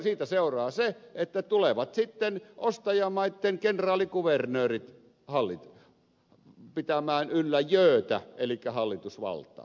siitä seuraa se että sitten ostajamaitten kenraalikuvernöörit tulevat pitämään yllä jöötä elikkä hallitusvaltaa